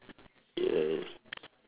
yes